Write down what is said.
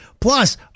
Plus